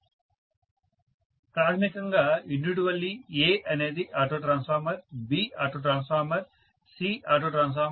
student ప్రాథమికంగా individually A అనేది auto transformer B auto transformer C auto transformer